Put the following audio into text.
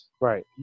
Right